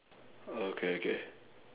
okay okay